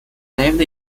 named